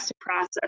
process